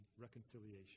reconciliation